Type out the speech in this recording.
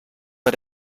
bei